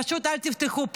פשוט אל תפתחו פה.